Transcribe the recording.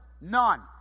None